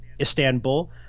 Istanbul